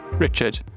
Richard